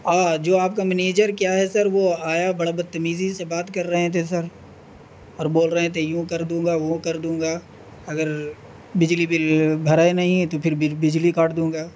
جو آپ کا منییجر کیا ہے سر وہ آیا بڑا بد تمیزی سے بات کر رہے تھے سر اور بول رہے ہیں تھے یوں کر دوں گا وہ کر دوں گا اگر بجلی بل بھرا نہیں تو پھر بجلی کاٹ دوں گا